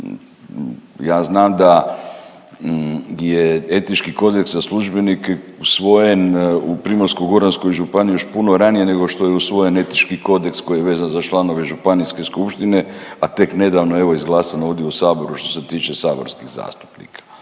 Ja znam da je etički kodeks za službenike usvojen u Primorsko-goranskoj županiji još puno ranije nego što je usvojen etički kodeks koji je vezan za članove županijske skupštine, a tek nedavno evo izglasan ovdje u Saboru što se tiče saborskih zastupnika.